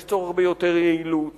יש צורך ביותר יעילות